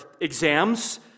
exams